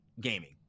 gaming